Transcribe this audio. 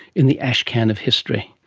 in the ashcan of history.